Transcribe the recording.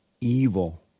evil